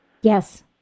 Yes